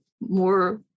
more